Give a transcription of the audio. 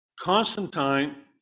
Constantine